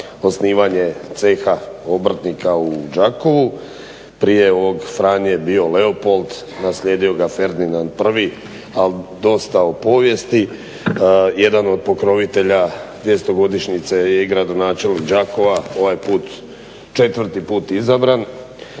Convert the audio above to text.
osnivanje ceha obrtnika u Đakovu. Prije Franje je bio Leopold, naslijedio ga Ferdinand I ali dosta o povijesti. Jedan od pokrovitelja 200-godišnjice je i gradonačelnik Đakova ovaj put 4.put izabran.